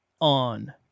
on